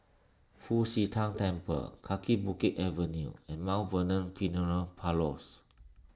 Fu Xi Tang Temple Kaki Bukit Avenue and Vernon funeral Parlours